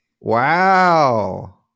wow